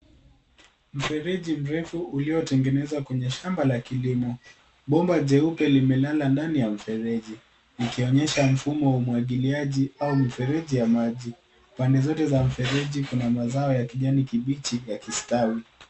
Mfereji mrefu ulitengenezwa kwenye shamba la kilimo. Bomba jeupe limelala ndani ya mfereji ikionyesha mfumo wa umwagiliaji au mfereji ya maji. Pande zote za mfereji kuna mazao ya kijani kibichi yakistawi.